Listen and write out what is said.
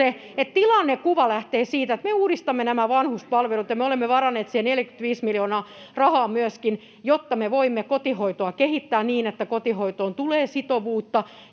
tilannekuva lähtee siitä, että me uudistamme nämä vanhuspalvelut ja me olemme varanneet siihen myöskin rahaa 45 miljoonaa, jotta me voimme kotihoitoa kehittää niin, että kotihoitoon tulee sitovuutta,